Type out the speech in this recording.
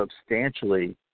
substantially